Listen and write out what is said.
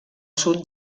sud